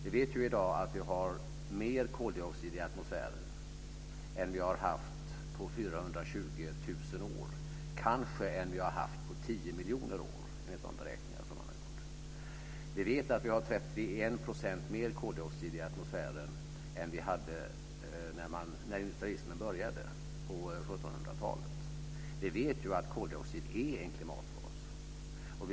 Vi vet i dag att vi har mer koldioxid i atmosfären än vi har haft på 420 000 år, kanske än vi har haft på 10 miljoner år, enligt de beräkningar som man har gjort. Vi vet att vi har 31 % mer koldioxid i atmosfären än vi hade när industrialismen började på 1700-talet. Vi vet att koldioxid är en klimatgas.